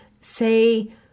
say